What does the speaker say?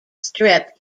strip